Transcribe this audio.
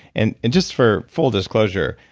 and and just for full disclosure.